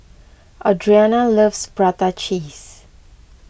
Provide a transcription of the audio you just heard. Audriana loves Prata Cheese